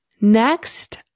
Next